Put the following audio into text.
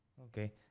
Okay